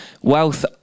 Wealth